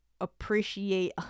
appreciate